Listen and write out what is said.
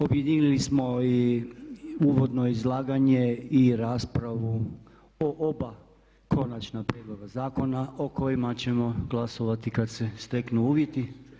Objedinili smo i uvodno izlaganje i raspravu o oba Konačna prijedloga Zakona o kojima ćemo glasovati kada se steknu uvjeti.